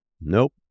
Nope